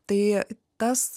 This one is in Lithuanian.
tai tas